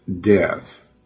death